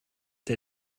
der